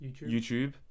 YouTube